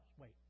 Wait